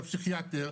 צלצלתי לפסיכיאטר,